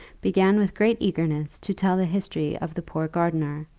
began with great eagerness to tell the history of the poor gardener,